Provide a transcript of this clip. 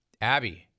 Abby